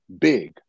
big